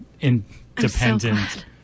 independent